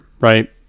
right